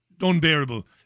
unbearable